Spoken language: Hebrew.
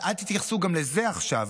אבל אל תתייחסו גם לזה עכשיו,